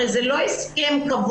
הרי זה לא הסכם קבוע.